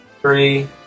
three